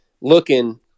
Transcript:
looking